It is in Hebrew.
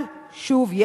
אבל שוב,